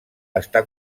està